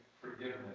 forgiveness